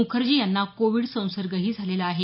मुखर्जी यांना कोविड संसर्गही झालेला आहे